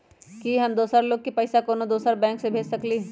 कि हम दोसर लोग के पइसा कोनो दोसर बैंक से भेज सकली ह?